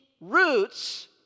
roots